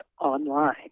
online